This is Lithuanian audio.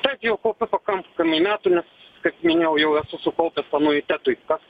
taip jau kaupiu pakankamai metų nes kaip minėjau jau esu sukaupęs anuitetui kas